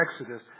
Exodus